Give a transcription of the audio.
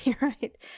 right